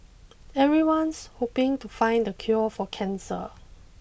everyone's hoping to find the cure for cancer